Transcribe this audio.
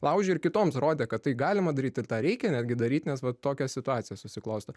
laužė ir kitoms rodė kad tai galima daryt ir tą reikia netgi daryt nes va tokios situacijos susiklosto